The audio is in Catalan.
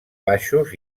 baixos